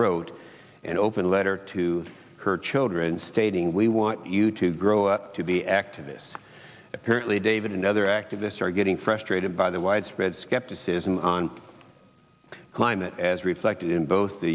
wrote an open letter to her children stating we want you to grow up to be activists apparently david and other activists are getting frustrated by the widespread skepticism on climate as reflected in both the